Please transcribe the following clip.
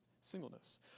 singleness